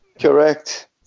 Correct